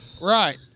Right